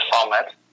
format